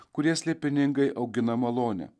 kurie slėpiningai augina malonę